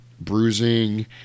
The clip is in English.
bruising